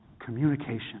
Communication